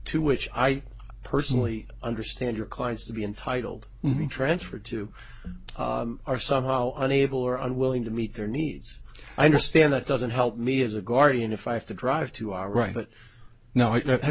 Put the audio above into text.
to which i personally understand your clients to be entitled to be transferred to are somehow unable or unwilling to meet their needs i understand that doesn't help me as a guardian if i have to drive to our right but now i